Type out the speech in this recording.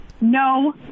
No